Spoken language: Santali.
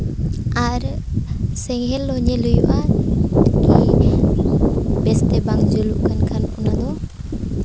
ᱟᱨ ᱥᱮᱸᱜᱮᱞ ᱦᱚᱸ ᱧᱮᱞ ᱦᱩᱭᱩᱜᱼᱟ ᱠᱤ ᱵᱮᱥᱛᱮ ᱵᱟᱝ ᱡᱩᱞᱩᱜ ᱠᱟᱱ ᱠᱷᱟᱱ ᱚᱱᱟ ᱫᱚ